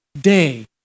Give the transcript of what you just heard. day